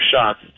shots